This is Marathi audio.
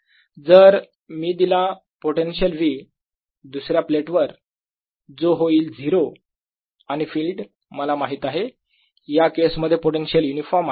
जर मी दिला पोटेन्शियल V दुसऱ्या प्लेटवर जो होईल 0 आणि फिल्ड मला माहित आहे या केस मध्ये पोटेन्शियल युनिफॉर्म आहे